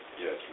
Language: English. Yes